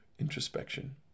introspection